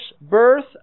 birth